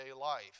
life